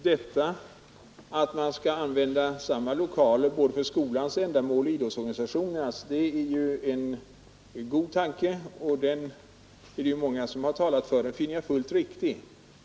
Herr talman! Detta att man skall använda samma lokaler både för skolans ändamål och för idrottsorganisationernas är ju en god tanke. Den är det många som har talat för, och jag har alltid funnit den fullt riktig.